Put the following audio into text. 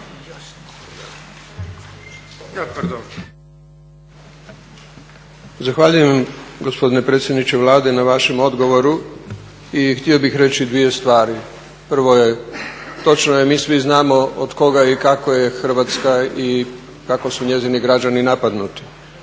Zahvaljujem gospodine predsjedniče Vlade na vašem odgovoru i htio bih reći dvije stvari. Prvo je, točno je, mi svi znamo od koga je i kako je Hrvatska i kako su njezini građani napadnuti.